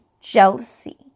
jealousy